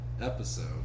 episode